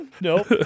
Nope